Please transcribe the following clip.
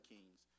Kings